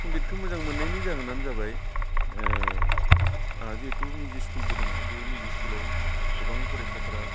संगितखौ मोजां मोननायनि जाहोनानो जाबाय जिहेथु मिउजिक स्खुलबो दङ बे मिउजिक स्खुलाव गोबां फरायसाफोरा